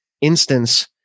instance